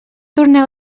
torneu